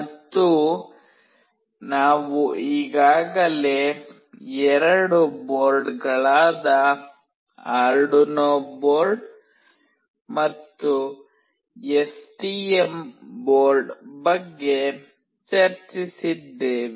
ಮತ್ತು ನಾವು ಈಗಾಗಲೇ ಎರಡು ಬೋರ್ಡ್ಗಳಾದ ಆರ್ಡುನೊ ಬೋರ್ಡ್ ಮತ್ತು ಎಸ್ಟಿಎಂ ಬೋರ್ಡ್ ಬಗ್ಗೆ ಚರ್ಚಿಸಿದ್ದೇವೆ